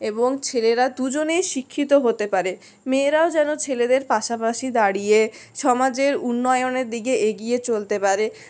এবং ছেলেরা দুজনেই শিক্ষিত হতে পারে মেয়েরাও যেন ছেলেদের পাশাপাশি দাঁড়িয়ে সমাজের উন্নয়নের দিকে এগিয়ে চলতে পারে